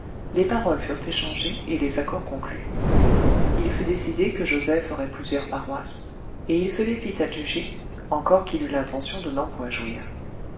les paroles furent échangées et les accords conclus il fut décidé que joseph aurait plusieurs paroisses et il se les fit adjuger encore qu'il eût l'intention de n'en point jouir